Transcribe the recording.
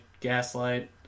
Gaslight